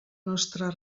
nostra